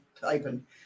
typing